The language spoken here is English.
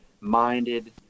minded